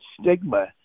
stigma